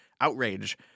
outrage